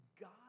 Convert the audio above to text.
God